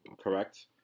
correct